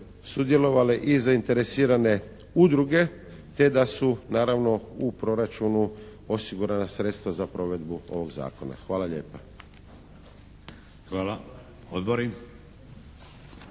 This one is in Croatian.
sudjelovale i zainteresirane udruge te da su naravno u proračunu osigurana sredstva za provedbu ovoga zakona. Hvala lijepa. **Šeks,